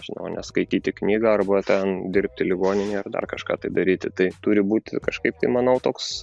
nežinau ne skaityti knygą arba ten dirbti ligoninėje ar dar kažką tai daryti tai turi būti kažkaip tai manau toks